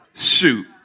Shoot